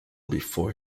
before